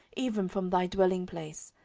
even from thy dwelling place,